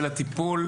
הטיפול.